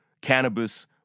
cannabis